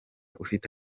ufite